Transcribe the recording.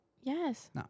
Yes